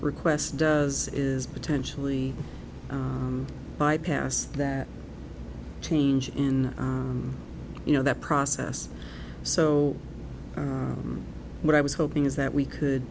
request does is potentially bypass that change in you know that process so what i was hoping is that we could